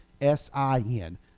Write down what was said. S-I-N